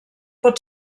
pot